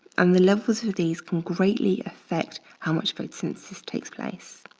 and the levels of these can greatly affect how much photosynthesis takes places.